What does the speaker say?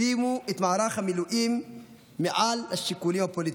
שימו את מערך המילואים מעל השיקולים הפוליטיים.